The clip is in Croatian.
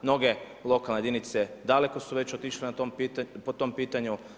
Mnoge lokalne jedinice daleko su već otišle po tom pitanju.